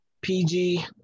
PG